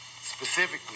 Specifically